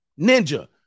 Ninja